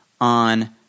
on